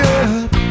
up